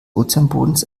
ozeanbodens